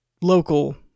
local